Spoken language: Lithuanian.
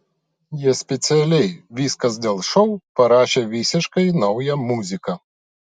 jie specialiai viskas dėl šou parašė visiškai naują muziką